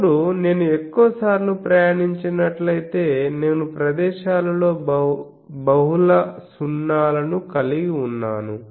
ఇప్పుడు నేను ఎక్కువ సార్లు ప్రయాణించినట్లయితే నేను ప్రదేశాలలో బహుళ సున్నాలను కలిగి ఉన్నాను